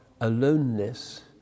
aloneness